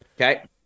Okay